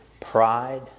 pride